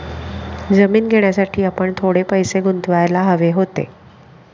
जमीन घेण्यासाठी आपण थोडे पैसे गुंतवायला हवे होते